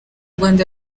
rwanda